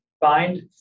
find